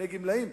לענייני גמלאים.